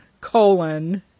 colon